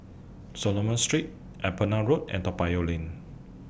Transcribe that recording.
Solomon Street Upavon Road and Toa Payoh Lane